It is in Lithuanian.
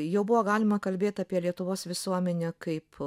jau buvo galima kalbėti apie lietuvos visuomenę kaip